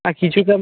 হ্যাঁ কিছুটা